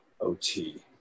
OT